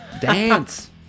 Dance